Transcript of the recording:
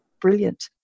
brilliant